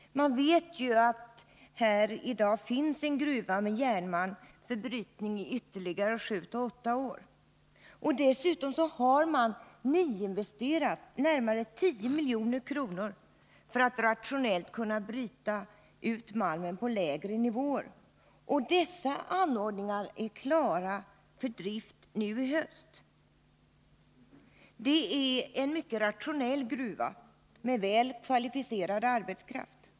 Man vet att här finns en gruva med järnmalm för brytning i ytterligare sju åtta år. Dessutom har man nyinvesterat närmare 10 milj.kr. för att rationellt kunna bryta ut malmen på lägre nivåer. Dessa anordningar är klara för drift nu i höst. Det är en mycket rationell gruva med väl kvalificerad arbetskraft.